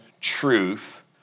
truth